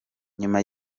nyuma